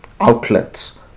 outlets